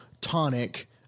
tonic